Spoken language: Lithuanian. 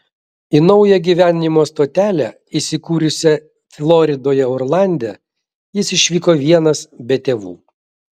į naująją gyvenimo stotelę įsikūrusią floridoje orlande jis išvyko vienas be tėvų